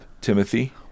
Timothy